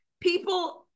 People